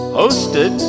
hosted